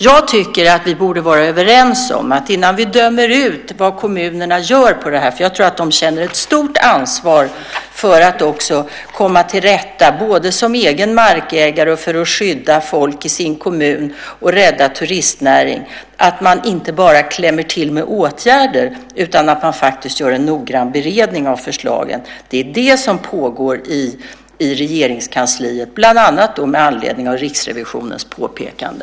Jag tycker att vi borde vara överens om att inte döma ut det kommunerna gör beträffande det här - jag tror att de också känner ett stort ansvar för att komma till rätta med detta, både som egen markägare och för att skydda folk i kommunen och rädda turistnäringen - så att man inte bara klämmer till med åtgärder utan att man faktiskt gör en noggrann beredning av förslaget. Det är det som pågår i Regeringskansliet, bland annat med anledning av Riksrevisionens påpekande.